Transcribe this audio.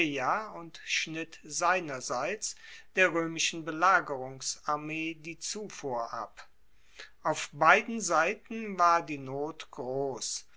und schnitt seinerseits der roemischen belagerungsarmee die zufuhr ab auf beiden seiten war die not gross